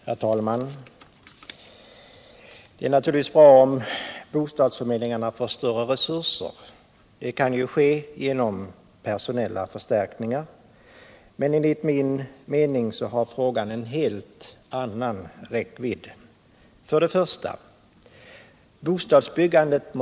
Herr talman! Det är naturligtvis bra om bostadsförmedlingarna får större resurser. Detta kan åstadkommas genom personella förstärkningar, men enligt min mening har frågan en helt annan räckvidd. Först och främst måste bostadsbyggandet öka.